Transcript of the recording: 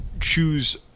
choose